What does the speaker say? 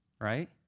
Right